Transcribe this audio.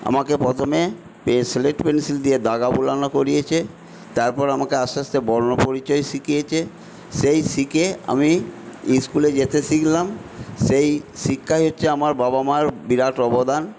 আমাকে প্রথমে slate pencil দিয়ে দাগ বোলানো করিয়েছে তারপর আমাকে আস্তে আস্তে বর্ণ পরিচয় শিখিয়েছে সেই শিখে আমি স্কুলে যেতে শিখলাম সেই শিক্ষাই হচ্ছে আমার বাবা মার বিরাট অবদান